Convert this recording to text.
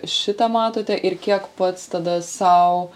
šitą matote ir kiek pats tada sau